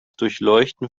durchleuchten